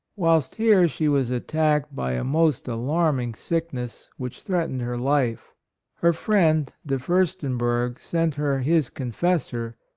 whilst here she was attacked by a most alarming sick ness, which threatened her life her friend, de furstenberg, sent her his confessor,